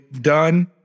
done